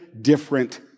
different